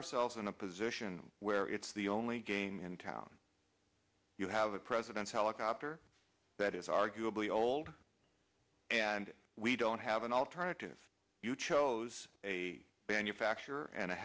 ourselves in a position where it's the only game in town you have the president's helicopter that is arguably old and we don't have an alternative you chose a ban